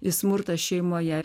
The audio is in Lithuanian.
į smurtą šeimoje